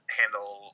handle